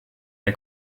der